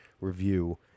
review